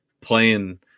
playing